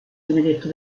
benedetto